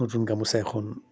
নতুন গামোচা এখন